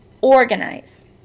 Organize